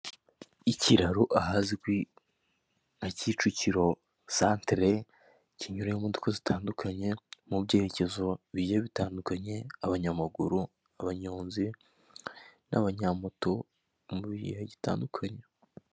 Ikiraro ahazwi nka Kicukiro santere, kinyuraho imodoka zitandukanye, mu byerekezo bigiye bitandukanye: abanyamaguru, abanyonzi n'abanyamoto mu gihe gitandukanye.